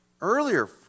earlier